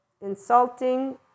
insulting